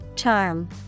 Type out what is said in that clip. Charm